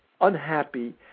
unhappy